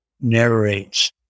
narrates